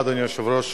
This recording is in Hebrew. אדוני היושב-ראש,